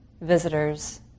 visitors